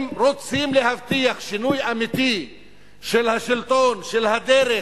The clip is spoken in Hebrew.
אם רוצים להבטיח שינוי אמיתי של השלטון, של הדרך,